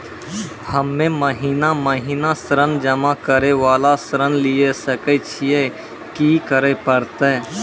हम्मे महीना महीना ऋण जमा करे वाला ऋण लिये सकय छियै, की करे परतै?